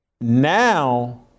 Now